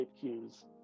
cues